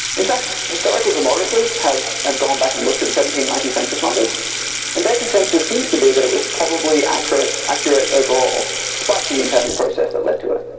in fact, historical demographers have have gone back and looked at the seventeen ninety s census numbers and their consensus seems to be that it was probably accurate accurate overall. despite the imperfect process that led to it.